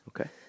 Okay